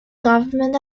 government